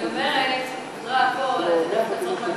אני אומרת, אחרי הכול,